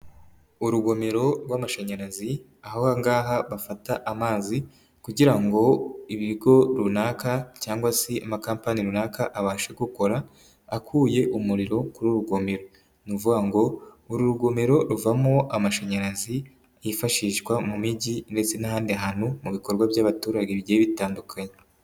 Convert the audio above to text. Urugomero rw'amashanyarazi aho ahangaha bafata amazi kugira ngo ibigo runaka cyangwa se amakampani runaka abashe gukora, akuye umuriro kuri urugomero. Ni ukuvuga ngo uru rugomero ruvamo amashanyarazi hifashishwa mu mijyi, ndetse n'ahandi hantu mu bikorwa by'abaturage bigiye bitandukanye.